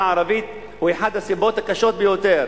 הערבית הוא אחת הסיבות הקשות ביותר